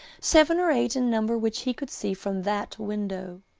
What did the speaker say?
seven or eight in number which he could see from that window.